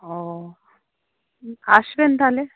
ও আসবেন তাহলে